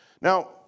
Now